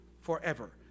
forever